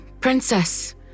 Princess